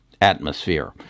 atmosphere